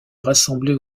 rassemblées